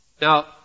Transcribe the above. Now